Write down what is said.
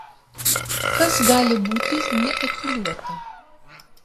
kas gali būti neetiliuota